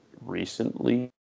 recently